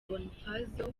bonifazio